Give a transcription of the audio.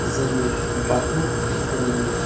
जोंनि बाथौ धोरोमनि